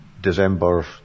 December